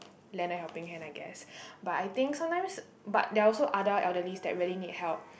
lend a helping hand I guess but I think sometimes but there are also other elderly that really need help